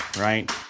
right